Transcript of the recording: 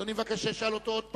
אדוני מבקש שאשאל אותו עוד פעם?